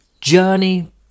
journey